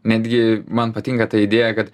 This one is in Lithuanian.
netgi man patinka ta idėja kad